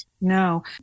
No